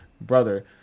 Brother